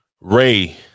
Ray